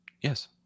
Yes